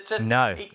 No